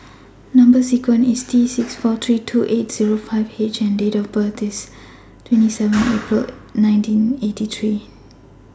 Number sequence IS T six four three two eight Zero five H and Date of birth IS twenty seven April nineteen eighty three